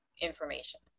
information